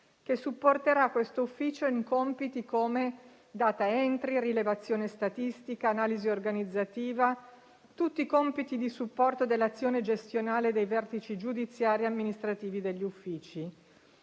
che supporterà questo ufficio in compiti come *data entry*, rilevazione statistica e analisi organizzativa (tutti i compiti di supporto dell'azione gestionale dei vertici giudiziari e amministrativi degli uffici).